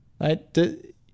right